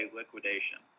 liquidation